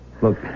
Look